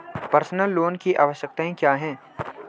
Personal loan की आवश्यकताएं क्या हैं?